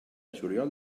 juliol